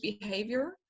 behavior